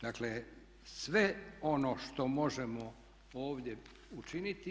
Dakle, sve ono što možemo ovdje učiniti